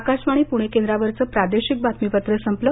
आकाशवाणी पूणे केंद्रावरचं प्रादेशिक बातमीपत्र संपलं